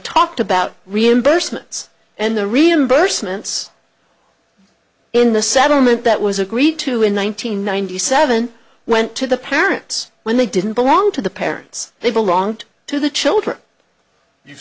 talked about reimbursements and the reimbursements in the settlement that was agreed to in one nine hundred ninety seven went to the parents when they didn't belong to the parents they belonged to the children you